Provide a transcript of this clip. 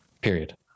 Period